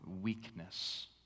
weakness